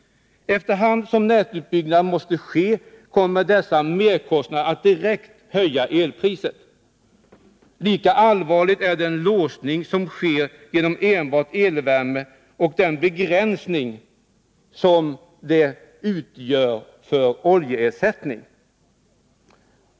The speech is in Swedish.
Efter hand som nätutbyggnad måste ske kommer dessa merkostnader att direkt höja elpriset. Lika allvarlig är den låsning som sker genom enbart elvärme och den begränsning som denna utgör för oljeersättning.